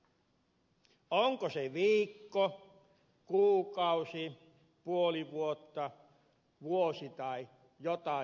onko se viikko kuukausi puoli vuotta vuosi tai jotain siltä väliltä